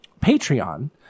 Patreon